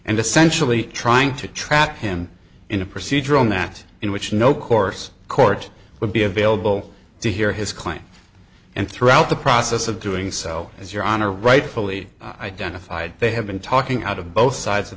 and essentially trying to trap him in a procedural net in which no course court would be available to hear his claim and throughout the process of doing so as your honor rightfully identified they have been talking out of both sides of